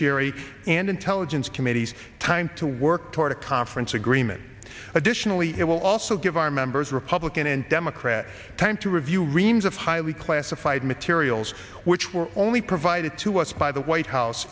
ary and intelligence committees time to work toward a conference agreement additionally it will also give our members republican and democrat time to review reams of highly classified materials which were only provided to us by the white house